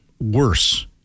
worse